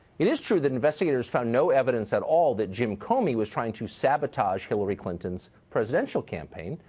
it is true that investigators found no evidence at all that jim comey was trying to sabotage hillary clinton's presidential campaign.